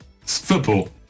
Football